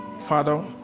Father